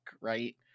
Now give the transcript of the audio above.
right